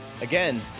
Again